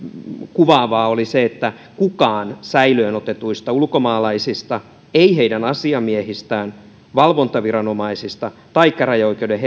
kuvaavaa oli se ettei kukaan säilöön otetuista ulkomaalaisista heidän asiamiehistään valvontaviranomaisista tai käräjäoikeuden